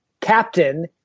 Captain